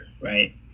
right